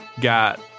got